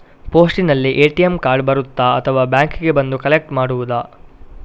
ಪೋಸ್ಟಿನಲ್ಲಿ ATM card ಬರುತ್ತಾ ಅಥವಾ ಬ್ಯಾಂಕಿಗೆ ಬಂದು ಕಲೆಕ್ಟ್ ಮಾಡುವುದು?